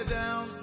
down